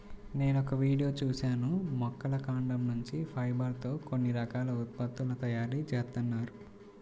నేనొక వీడియో చూశాను మొక్కల కాండం నుంచి ఫైబర్ తో కొన్ని రకాల ఉత్పత్తుల తయారీ జేత్తన్నారు